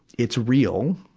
it's real.